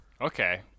okay